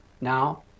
now